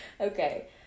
Okay